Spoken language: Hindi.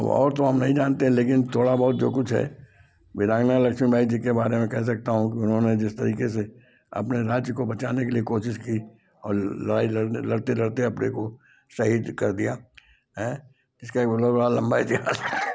अब और तो हम नहीं जानते हैं लेकिन थोड़ा बहुत जो कुछ है वीरांगना लक्ष्मीबाई जी के बारे में कह सकता हूँ कि उन्होंने जिस तरीके से अपने राज्य को बचाने के लिए कोशिश की और लड़ाई लड़ते लड़ते लड़ते अपने को शहीद कर दिया इसके आगे इतिहास